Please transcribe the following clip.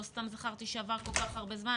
לא סתם זכרתי שעבר הרבה מאוד זמן.